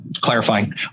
clarifying